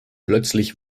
plötzlich